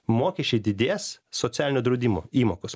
mokesčiai didės socialinio draudimo įmokos